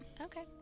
Okay